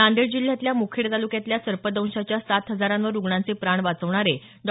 नांदेड जिल्ह्यातल्या मुखेड तालुक्यात सर्पदंशाच्या सात हजारावर रुग्णांचे प्राण वाचवणारे डॉ